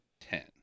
ten